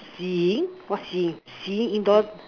seeing what seeing seeing indoor